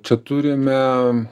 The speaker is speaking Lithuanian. čia turime